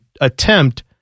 attempt